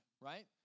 right